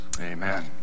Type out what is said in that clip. Amen